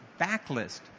backlist